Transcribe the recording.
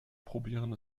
probieren